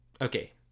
okay